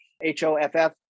H-O-F-F